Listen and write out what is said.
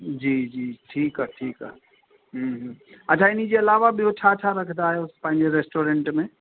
जी जी ठीकु आहे ठीकु आहे हम्म अच्छा हिनजे अलावा ॿियो छा छा रखंदा आहियो पंहिंजे रेस्टोरेंट में